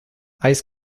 ice